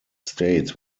states